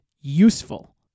useful